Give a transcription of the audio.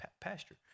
pasture